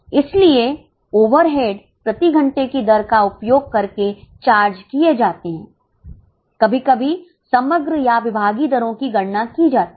इसलिए overhead प्रति घंटे की दर का उपयोग करके चार्ज किए जाते हैं कभी कभी समग्र या विभागीय दरों की गणना की जाती है